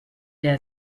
der